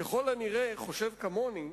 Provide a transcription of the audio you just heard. ככל הנראה חושב כמוני,